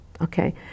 Okay